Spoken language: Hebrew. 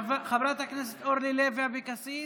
חברת הכנסת אורלי לוי אבקסיס.